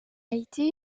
été